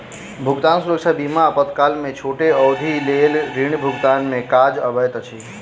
भुगतान सुरक्षा बीमा आपातकाल में छोट अवधिक लेल ऋण भुगतान में काज अबैत अछि